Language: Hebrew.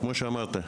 כמו שאמרת,